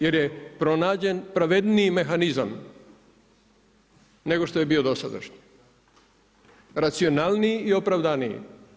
Jer je pronađen pravedniji mehanizam, nego što je bio dosadašnji, racionalniji i opravdaniji.